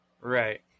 right